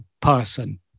person